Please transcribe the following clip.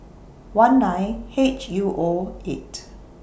one nine H U O eight